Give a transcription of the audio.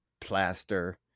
plaster